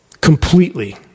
completely